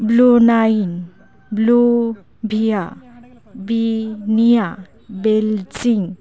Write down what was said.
ᱵᱞᱩᱱᱟᱭᱤᱱ ᱵᱞᱩᱵᱷᱤᱭᱟ ᱵᱤᱱᱤᱭᱟ ᱵᱮᱞᱡᱤᱝ